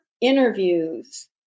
interviews